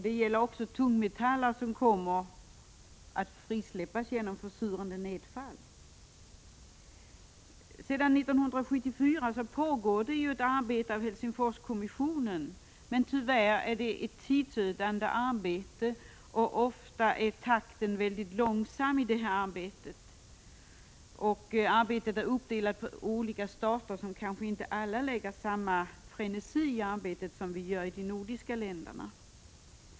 Det gäller också tungmetaller, som frisläpps genom försurande nedfall. Sedan 1974 pågår ett arbete i Helsingforskommissionen, men det är tyvärr ett tidsödande arbete. Arbetstakten är ofta mycket långsam, och arbetet är uppdelat på olika stater, som kanske inte alla lägger samma frenesi i detta arbete som vi gör i de nordiska länderna.